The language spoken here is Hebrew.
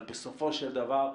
אבל בסופו של דבר,